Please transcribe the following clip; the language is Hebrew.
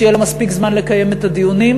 שיהיה לה מספיק זמן לקיים את הדיונים,